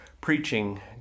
preaching